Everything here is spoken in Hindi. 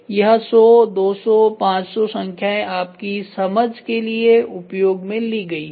यह 100 200 500 संख्याएं आपकी समझ के लिए उपयोग में ली गई हैं